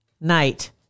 night